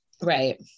Right